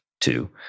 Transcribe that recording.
two